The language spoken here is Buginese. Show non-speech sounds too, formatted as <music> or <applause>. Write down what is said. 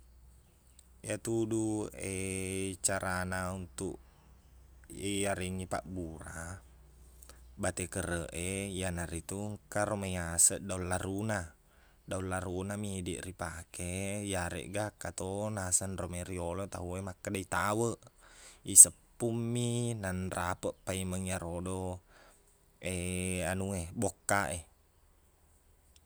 Iyatu du <hesitation> carana untuk iyareng i pabbura bate kerreq e iyana ritu engka ro mai iyaseng daung laruna daung larunami idiq ripake iyareqga ekka to naseng romai riyolo tau e makkedai taweq iseppungmi nannrapeq paimeng iyarodo <hesitation> anu e bokkaq e